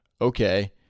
okay